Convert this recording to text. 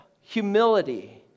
humility